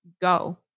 go